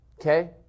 Okay